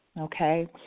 Okay